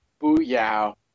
Booyah